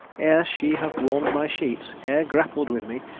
she have warm'd my sheets, e're grappelfd with me,